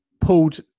pulled